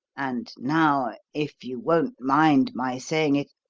and now, if you won't mind my saying it,